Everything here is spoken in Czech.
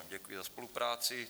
Děkuji za spolupráci.